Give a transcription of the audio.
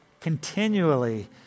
continually